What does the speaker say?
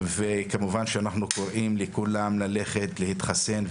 וכמובן שאנחנו קוראים לכולם ללכת להתחסן,